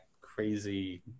crazy